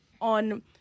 on